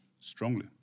strongly